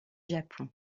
japon